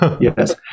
Yes